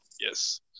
Yes